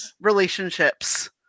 relationships